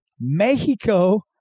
Mexico